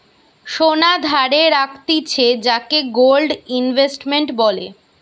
সোনা ধারে রাখতিছে যাকে গোল্ড ইনভেস্টমেন্ট বলে